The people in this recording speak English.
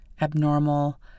abnormal